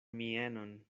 mienon